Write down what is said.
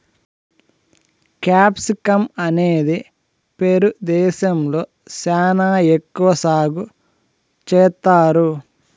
capsicum అనేది Peru దేశంలో శ్యానా ఎక్కువ సాగు చేత్తారు